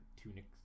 tunics